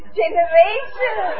generation